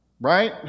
Right